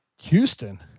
Houston